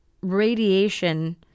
radiation